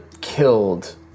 killed